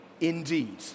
indeed